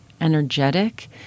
energetic